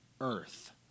earth